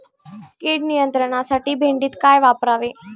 कीड नियंत्रणासाठी भेंडीत काय वापरावे?